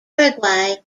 uruguay